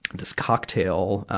this cocktail, ah,